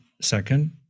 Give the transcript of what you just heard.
second